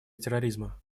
терроризма